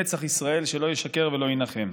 נצח ישראל שלא ישקר ולא יינחם.